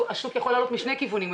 השוק יכול לעלות משני כיונים,